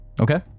Okay